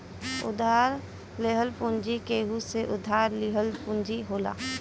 उधार लेहल पूंजी केहू से उधार लिहल पूंजी होला